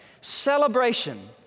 Celebration